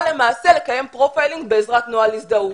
למעשה לקיים פרופיילינג בעזרת נוהל הזדהות.